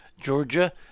Georgia